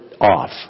off